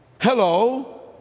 Hello